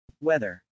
Weather